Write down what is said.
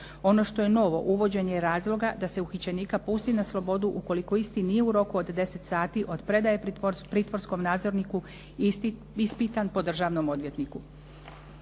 Ono što je novo uvođenje razloga da se uhićenika pusti na slobodu ukoliko isti nije u roku od 10 sati od predaje pritvorskom nadzorniku ispitan po državnom odvjetniku.